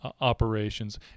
operations